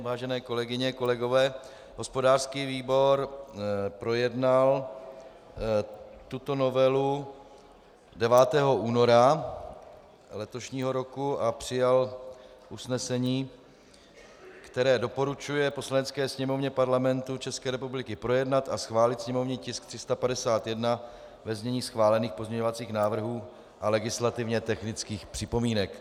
Vážené kolegyně, kolegové, hospodářský výbor projednal tuto novelu 9. února letošního roku a přijal usnesení, které doporučuje Poslanecké sněmovně Parlamentu České republiky projednat a schválit sněmovní tisk 351 ve znění schválených pozměňovacích návrhů a legislativně technických připomínek.